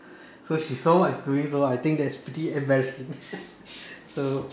so she saw what I was doing so I think that is pretty embarrassing so